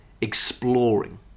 exploring